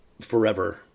forever